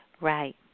right